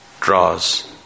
draws